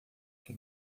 que